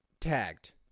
tagged